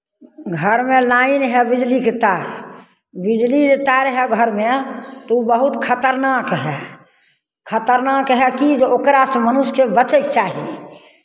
घरमे लाइन हए बिजलीके तार बिजली जे तार हए घरमे तऽ ओ बहुत खतरनाक हए खतरनाक हए कि जे ओकरासँ मनुष्यके बचयके चाही